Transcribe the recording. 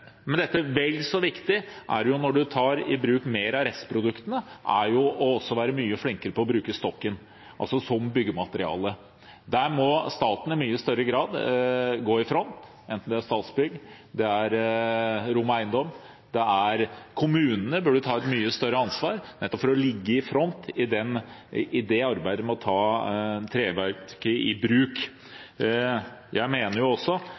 Men det som er vel så viktig når man tar i bruk mer av restproduktene, er å være mye flinkere til å bruke stokken, altså som byggemateriale. Der må staten i mye større grad gå i front, enten det er Statsbygg eller Rom Eiendom. Kommunene burde ta et mye større ansvar nettopp for å ligge i front i arbeidet med å ta treverket i bruk. Jeg mener også